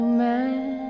man